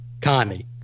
Connie